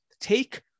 take